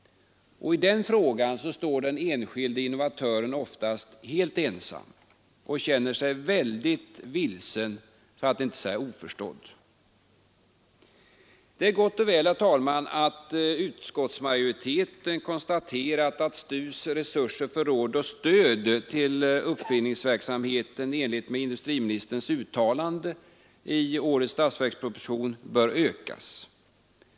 I den frågan står den enskilde innovatören oftast helt ensam och känner sig mycket vilsen för att inte säga oförstådd. Det är gott och väl, herr talman, att utskottsmajoriteten konstaterat att STU:s resurser för råd och stöd till uppfinnarverksamheten i enlighet med industriministerns uttalande i årets statsverksproposition bör ökas.